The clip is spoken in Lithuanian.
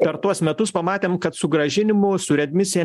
per tuos metus pamatėm kad sugrąžinimų su readmisija